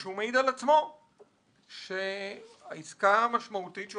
ועוד הוא מעיד על עצמו שהעסקה המשמעותית שהוא